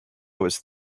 was